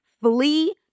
flee